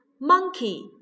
monkey